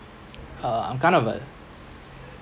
uh I'm kind of a